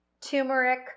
turmeric